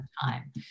time